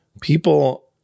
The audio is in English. People